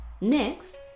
Next